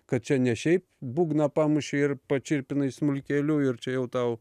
kad čia ne šiaip būgną pamušei ir pačirpinai smuikeliu ir čia jau tau